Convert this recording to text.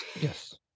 Yes